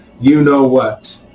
you-know-what